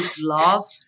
love